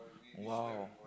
!wow!